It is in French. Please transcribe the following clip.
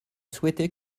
souhaité